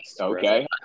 Okay